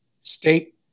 State